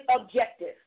objective